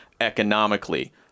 economically